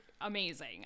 amazing